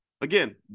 Again